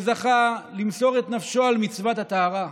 שזכה למסור את נפשו על מצוות הטהרה.